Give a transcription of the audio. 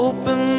Open